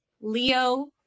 Leo